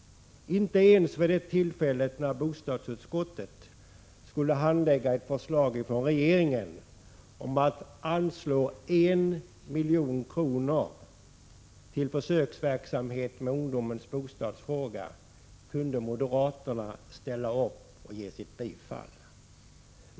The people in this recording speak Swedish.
Inte ens vid det tillfälle då bostadsutskottet skulle handlägga ett förslag från regeringen om att anslå 1 milj.kr. till försöksverksamhet med ungdomens bostadsfrågor kunde moderaterna ställa upp och ge sitt bifall.